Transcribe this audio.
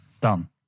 Done